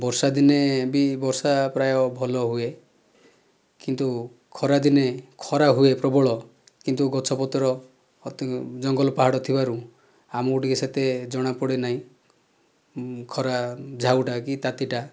ବର୍ଷା ଦିନେ ବି ବର୍ଷା ପ୍ରାୟ ଭଲ ହୁଏ କିନ୍ତୁ ଖରାଦିନେ ଖରା ହୁଏ ପ୍ରବଳ କିନ୍ତୁ ଗଛ ପତ୍ର ଜଙ୍ଗଲ ପାହାଡ଼ ଥିବାରୁ ଆମକୁ ଟିକେ ସେତେ ଜଣା ପଡ଼େ ନାହିଁ ଖରା ଝାଉଁ ଟା କି ତାତି ଟା